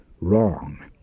wrong